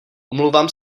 omlouvám